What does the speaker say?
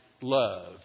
love